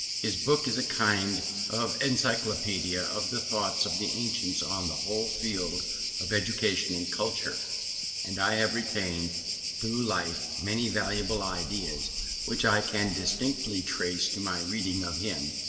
his book is a kind of encyclopaedia of the thoughts of the ancients on the whole field of education and culture and i have retained through life many valuable ideas which i can distinctly trace to my reading of him,